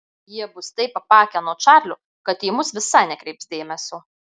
jie bus taip apakę nuo čarlio kad į mus visai nekreips dėmesio